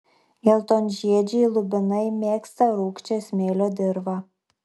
geltonžiedžiai lubinai mėgsta rūgščią smėlio dirvą